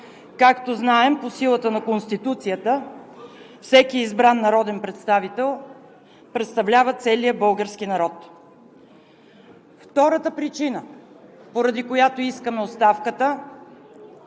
Както знаем, по силата на Конституцията всеки избран народен представител представлява целия български народ. Втората причина, поради която искаме оставката,